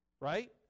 right